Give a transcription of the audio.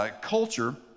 culture